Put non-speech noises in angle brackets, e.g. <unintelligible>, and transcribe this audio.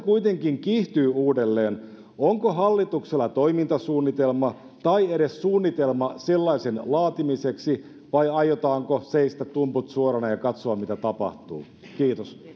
<unintelligible> kuitenkin kiihtyy uudelleen onko hallituksella toimintasuunnitelma tai edes suunnitelma sellaisen laatimiseksi vai aiotaanko seistä tumput suorana ja katsoa mitä tapahtuu kiitos